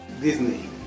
disney